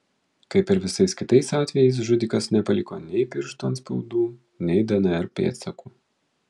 kaip ir visais kitais atvejais žudikas nepaliko nei pirštų atspaudų nei dnr pėdsakų